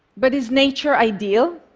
but is nature ideal?